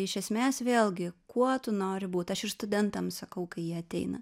iš esmės vėlgi kuo tu nori būt aš ir studentam sakau kai jie ateina